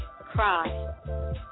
Cry